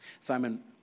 Simon